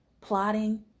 plotting